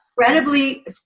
incredibly